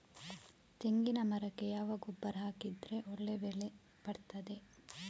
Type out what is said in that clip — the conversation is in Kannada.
ತೆಂಗಿನ ಮರಕ್ಕೆ ಯಾವ ಗೊಬ್ಬರ ಹಾಕಿದ್ರೆ ಒಳ್ಳೆ ಬೆಳೆ ಬರ್ತದೆ?